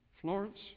Florence